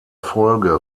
folge